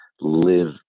live